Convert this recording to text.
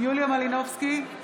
יוליה מלינובסקי,